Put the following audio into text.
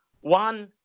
One